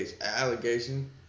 allegation